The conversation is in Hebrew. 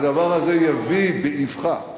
הדבר הזה יביא באבחה להידרדרות,